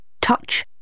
Touch